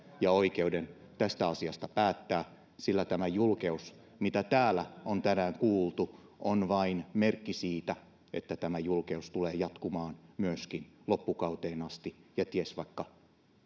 ja hänelle oikeuden tästä asiasta päättää sillä tämä julkeus mitä täällä on tänään kuultu on vain merkki siitä että tämä julkeus tulee jatkumaan myöskin loppukauteen asti ja ties vaikka